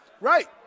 Right